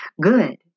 good